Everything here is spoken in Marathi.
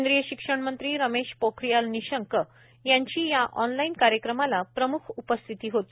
केंद्रीय शिक्षण मंत्री रमेश पोखरियाल निशंक यांची या ऑनलाईन कार्यक्रमाला प्रमुख उपस्थिती होती